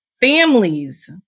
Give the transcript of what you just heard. families